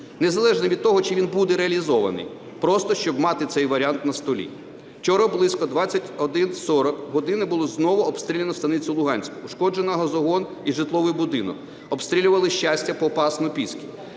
незалежно від того, чи він буде реалізований, просто щоб мати цей варіант на столі. Вчора близько 21:40 було знову обстріляно Станицю Луганську, пошкоджено газогін і житловий будинок. Обстрілювали Щастя, Попасну, Піски.